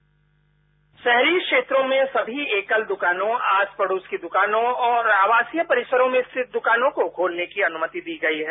bite राहरी क्षेत्रों मेंसमी एकल दुकानों आस पड़ोस की दुकानों और आवासीय परिसर में स्थित दुकानों को खोलनेकी अनुमति दी गई है